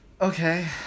Okay